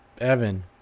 Evan